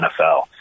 NFL